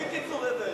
בלי קיצורי דרך.